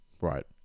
right